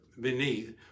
Beneath